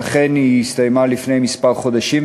ואכן היא הסתיימה לפני כמה חודשים,